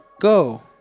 Go